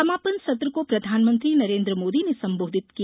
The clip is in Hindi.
समापन सत्र को प्रधानमंत्री नरेन्द्र मोदी ने संबोधित किया